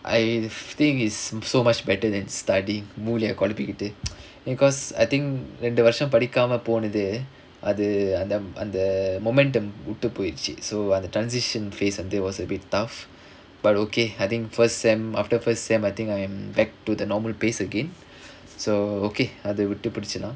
I think is so much better than studying மூளைய குழப்பிக்கிட்டு:moolaiya kulapikittu because I think ரெண்டு வருஷம் படிக்காம போனது அது அந்த அந்த:rendu varusham padikkaama ponathu athu antha antha momentum விட்டு போயிருச்சு:vittu poyiruchu so அந்த:antha transition phase was a bit tough but okay I think first semester after first semester I think I am back to the normal pace again so okay அது விட்டு புடிச்சலாம்:athu vittu pidichalaam